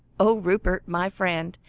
oh! rupert, my friend,